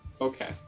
Okay